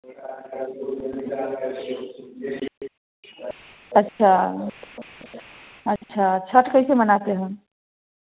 अच्छा अच्छा छठ कैसे मनाते हैं